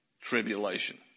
Tribulation